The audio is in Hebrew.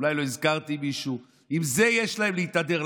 אולי לא הזכרתי מישהו, עם זה יש להם להתהדר.